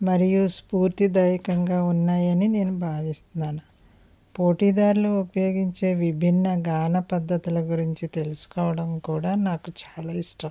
మరియు స్ఫూర్తిదాయకంగా ఉన్నాయని నేను భావిస్తున్నాను పోటీదారులు ఉపయోగించే విభిన్న గాన పద్ధతుల గురించి తెలుసుకోవడం కూడా నాకు చాలా ఇష్టం